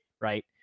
right